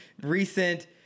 Recent